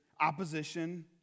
opposition